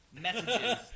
messages